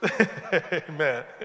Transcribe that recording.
Amen